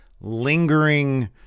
lingering